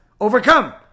overcome